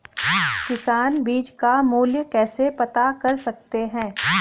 किसान बीज का मूल्य कैसे पता कर सकते हैं?